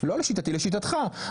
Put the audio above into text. לא לשיטתי לשיטתך,